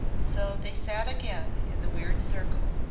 so they sat again in the weird circle.